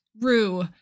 Rue